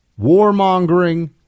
warmongering